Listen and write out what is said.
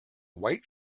white